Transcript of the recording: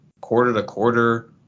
quarter-to-quarter